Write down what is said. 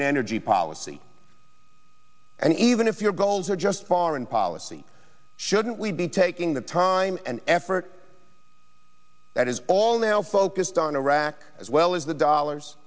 an energy policy and even if your goals are just foreign policy shouldn't we be taking the time and effort that is all now focused on iraq as well as the dollars